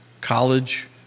college